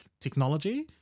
technology